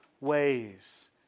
ways